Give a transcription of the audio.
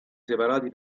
separati